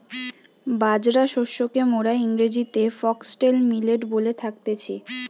বাজরা শস্যকে মোরা ইংরেজিতে ফক্সটেল মিলেট বলে থাকতেছি